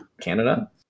Canada